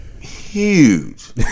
Huge